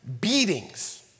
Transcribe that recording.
beatings